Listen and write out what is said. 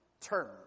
term